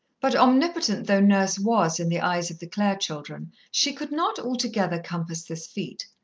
but omnipotent though nurse was, in the eyes of the clare children, she could not altogether compass this feat.